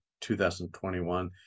2021